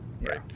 Right